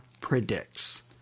predicts